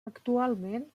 actualment